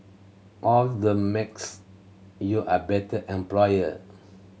all that makes you a better employer